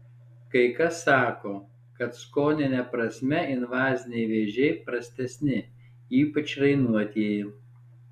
kai kas sako kad skonine prasme invaziniai vėžiai prastesni ypač rainuotieji